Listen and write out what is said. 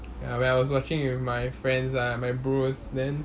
and when I was watching it with my friends ah my bros then